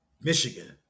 Michigan